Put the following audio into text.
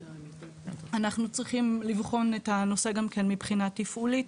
אנחנו צריכים לבחון את הנושא גם כן מבחינה תפעולית.